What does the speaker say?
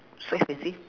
so expensive